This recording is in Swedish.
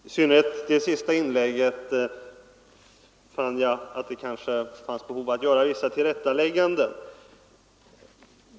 Fru talman! I synnerhet under det senaste inlägget fann jag att det kanske finns behov av att göra vissa tillrättalägganden.